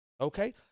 Okay